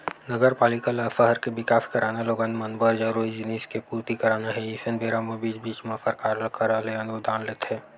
नगरपालिका ल सहर के बिकास कराना लोगन मन बर जरूरी जिनिस के पूरति कराना हे अइसन बेरा म बीच बीच म सरकार करा ले अनुदान लेथे